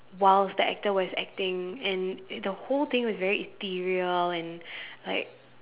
whilst the actor was acting and the whole thing was ethereal and like